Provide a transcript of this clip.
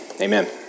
Amen